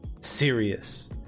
serious